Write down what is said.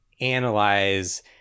analyze